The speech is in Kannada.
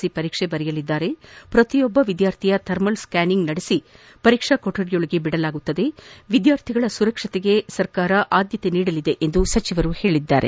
ಸಿ ಪರೀಕ್ಷೆ ಬರೆಯಲಿದ್ದು ಪ್ರತಿಯೊಬ್ಬ ವಿದ್ಯಾರ್ಥಿಯ ಥರ್ಮಲ್ ಸ್ವಾನಿಂಗ್ ಮಾಡಿ ಪರೀಕ್ಷಾ ಕೊಠಡಿಯೊಳಗೆ ಬಿಡಲಾಗುವುದು ವಿದ್ಲಾರ್ಥಿಗಳ ಸುರಕ್ಷತೆ ಸರ್ಕಾರದ ಆದ್ದತೆಯಾಗಿದೆ ಎಂದು ಹೇಳಿದರು